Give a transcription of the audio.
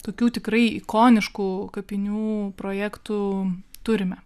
tokių tikrai ikoniškų kapinių projektų turime